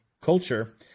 culture